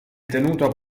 tenuto